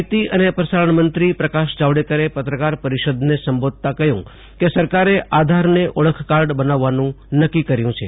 માહિતી અને પ્ર સારણ મં ત્રી પ્રકાશ જાવડેકરે પત્રકાર પરિષદને સંબોધતા ક હ્યુ કે સરકારે આધારને ઓળખકાર્ડ બનાવવાનું નક્કી કર્યુ છે